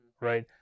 right